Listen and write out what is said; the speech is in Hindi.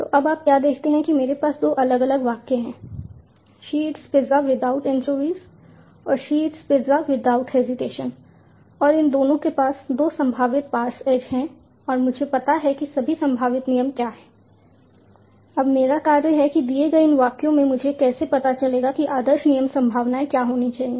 तो अब आप क्या देखते हैं कि मेरे पास 2 अलग अलग वाक्य हैं she eats pizza without anchovies और she eats pizza without hesitation और दोनों के पास 2 संभावित पार्स एज हैं और मुझे पता है कि सभी संभावित नियम क्या हैं अब मेरा कार्य है कि दिए गए इन वाक्यों में मुझे कैसे पता चलेगा कि आदर्श नियम संभावनाएं क्या होनी चाहिए